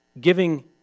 giving